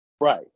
right